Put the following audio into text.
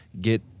get